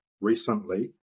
recently